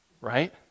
right